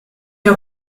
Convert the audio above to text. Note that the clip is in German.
der